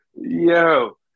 Yo